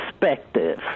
perspective